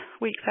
week's